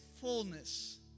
fullness